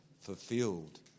fulfilled